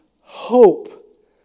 hope